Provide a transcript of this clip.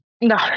No